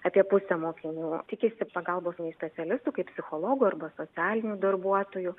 apie pusė mokinių tikisi pagalbos specialistų kaip psichologo arba socialinių darbuotojų